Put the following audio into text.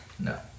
No